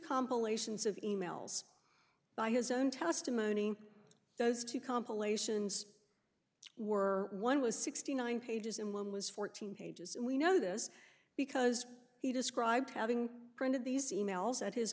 compilations of e mails by his own testimony those two compilations were one was sixty nine pages and one was fourteen pages and we know this because he described having printed these e mails at his